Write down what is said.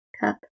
cup